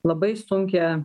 labai sunkią